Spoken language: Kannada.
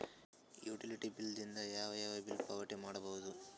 ಯುಟಿಲಿಟಿ ಬಿಲ್ ದಿಂದ ಯಾವ ಯಾವ ಬಿಲ್ ಪಾವತಿ ಮಾಡಬಹುದು?